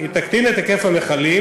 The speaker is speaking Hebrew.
היא תקטין את היקף המכלים,